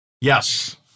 Yes